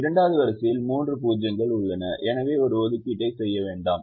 2 வது வரிசையில் மூன்று 0 கள் உள்ளன எனவே ஒரு ஒதுக்கீட்டை செய்ய வேண்டாம்